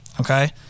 okay